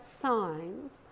signs